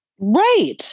Right